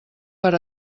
per